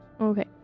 Okay